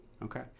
okay